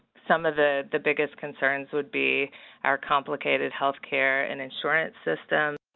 some of the the biggest concerns would be our complicated healthcare and insurance systems.